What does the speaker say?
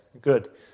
good